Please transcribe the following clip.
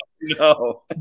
No